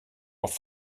auf